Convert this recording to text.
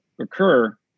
occur